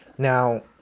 Now